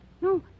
No